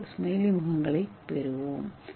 M smiley முகங்களைப் பெறுவோம்